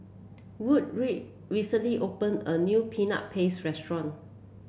Woodroe recently opened a new Peanut Paste restaurant